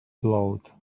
blowed